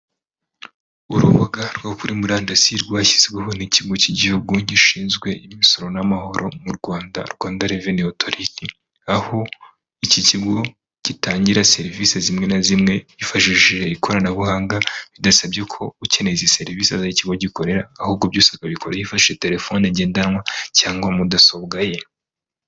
Urubuga rwo kuri murandasi rwashyizweho n'ikigo cy'igihugu gishinzwe imisoro n'amahoro mu Rwanda, Rwanda reveni otoriti, aho iki kigo gitangira serivise zimwe na zimwe hifashishije ikoranabuhanga, bidasabye ko ukeneye izi serivise aza ago ikigo gikorera, ahubwo byose akabikora yifashishije telefone ngendanwa cyangwa mudasobwa ye.